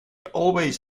always